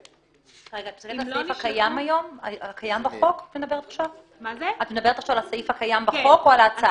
את מדברת על הסעיף הקיים בחוק, או על ההצעה?